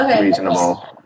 reasonable